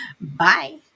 Bye